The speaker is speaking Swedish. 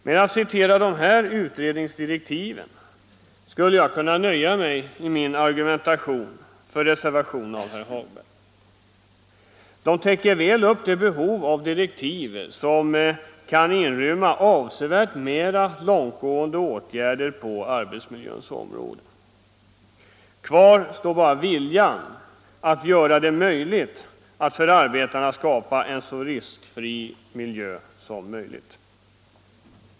Med att citera de här utredningsdirektiven skulle jag kunna nöja mig när det gäller argumentationen för reservationerna av herr Hagberg. De täcker väl behovet av direktiv som kan inrymma avsevärt mera långtgående åtgärder på arbetsmiljöns område. Kvar står bara viljan att skapa förutsättningar för att åstadkomma en så riskfri miljö som möjligt för arbetarna.